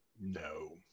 No